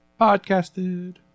podcasted